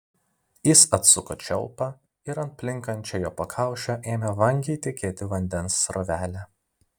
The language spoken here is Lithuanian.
jis atsuko čiaupą ir ant plinkančio jo pakaušio ėmė vangiai tekėti vandens srovelė